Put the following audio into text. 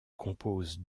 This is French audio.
compose